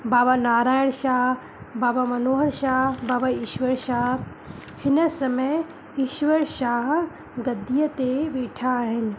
बाबा नारायण शाह बाबा मनोहर शाह बाबा ईश्वर शाह हिन समय ईश्वर शाह गदीअ ते वेठा आहिनि